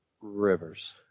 Rivers